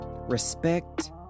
respect